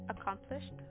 accomplished